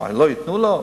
מה, לא ייתנו לא?